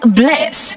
bless